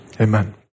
amen